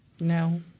No